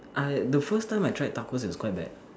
I the first time I tried tacos was quite bad